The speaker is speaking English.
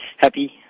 Happy